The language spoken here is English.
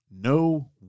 no